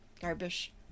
Garbage